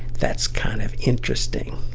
that's kind of interesting.